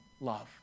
love